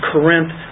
Corinth